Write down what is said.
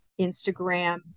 Instagram